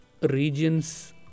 regions